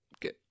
good